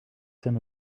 send